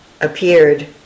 appeared